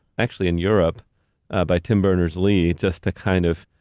actually, in europe by tim berners-lee, just to kind of,